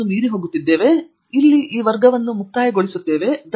ತಂಗಿರಾಲಾ ಆದ್ದರಿಂದ ಆ ಅಡಿಪಾಯ ಅತ್ಯಗತ್ಯ